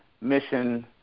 mission